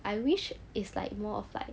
I wish it's like more of like